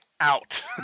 out